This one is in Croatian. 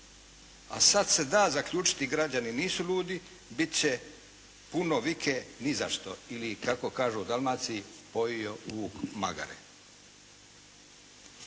a sad se da zaključiti građani nisu ludi, bit će puno vike nizašto ili kako kažu u Dalmaciji pojeo vuk magare.